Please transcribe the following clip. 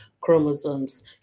Chromosomes